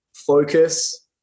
Focus